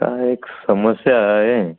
काय एक समस्या आहे